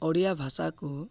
ଓଡ଼ିଆ ଭାଷାକୁ